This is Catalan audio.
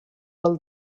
del